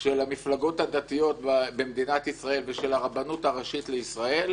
של המפלגות הדתיות במדינת ישראל ושל הרבנות הראשית לישראל,